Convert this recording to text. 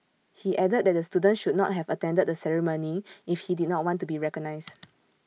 he added that the student should not have attended the ceremony if he did not want to be recognised